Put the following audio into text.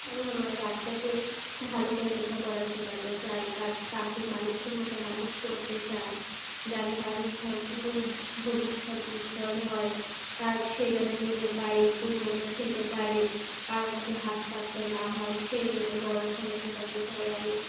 আমি আমার বাচ্চাকে ভালো করে লেখাপড়া শেখাতে চাই তাকে মানুষের মতো মানুষ করতে চাই যাতে তার সম্পূর্ণ ভবিষ্যৎ উজ্জ্বল হয় তার সে যেন নিজের পায়ে দুমুঠো খেতে পারে কারো কাছে হাত পাততে না হয় সেই জন্য পড়াশুনো শেখাতে চাই আমি